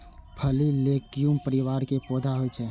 फली लैग्यूम परिवार के पौधा होइ छै